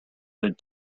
good